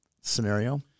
scenario